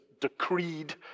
decreed